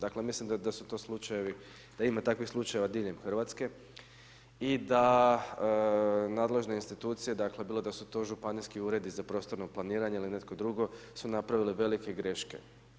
Dakle mislim da su to slučajevi, da ima takvih slučajeva diljem Hrvatske i da nadležne institucije, dakle bilo da su to županijski uredi za prostorno planiranje ili netko drugo su napravile velike greške.